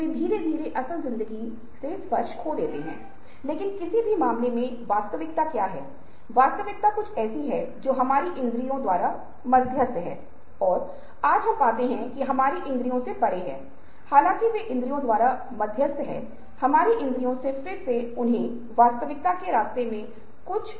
मान लीजिए कि मैं आपको IIT खड़गपुर के साथ MIT मैसाचुसेट्स की वेबसाइट की तुलना करने की समस्या देता हूं